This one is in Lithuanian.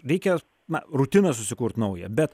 veikia na rutiną susikurt naują bet